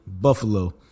Buffalo